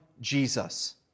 Jesus